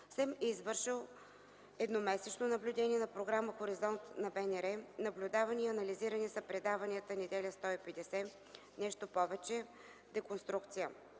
е извършил едномесечно наблюдение на програма „Хоризонт” на БНР, наблюдавани и анализирани са предаванията „Неделя 150”, „Нещо повече” и „Деконструкция”.